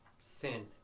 thin